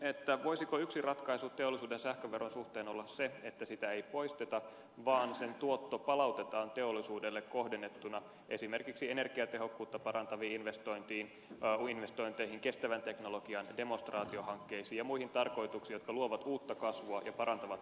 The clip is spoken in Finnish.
kysyisinkin voisiko yksi ratkaisu teollisuuden sähköveron suhteen olla se että sitä ei poisteta vaan sen tuotto palautetaan teollisuudelle kohdennettuna esimerkiksi energiatehokuutta parantaviin investointeihin kestävän teknologian demonstraatiohankkeisiin ja muihin tarkoituksiin jotka luovat uutta kasvua ja parantavat teollisuuden kilpailukykyä